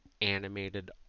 animated